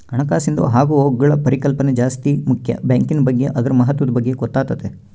ಹಣಕಾಸಿಂದು ಆಗುಹೋಗ್ಗುಳ ಪರಿಕಲ್ಪನೆ ಜಾಸ್ತಿ ಮುಕ್ಯ ಬ್ಯಾಂಕಿನ್ ಬಗ್ಗೆ ಅದುರ ಮಹತ್ವದ ಬಗ್ಗೆ ಗೊತ್ತಾತತೆ